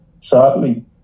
shortly